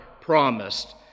promised